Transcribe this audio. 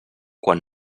quan